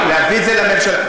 להביא את זה לממשלה.